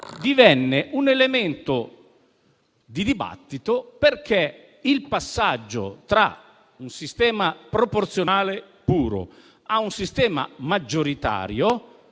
divenne un elemento di dibattito perché, nel passaggio da un sistema proporzionale puro a un sistema maggioritario